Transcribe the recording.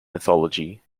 mythology